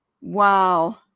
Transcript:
Wow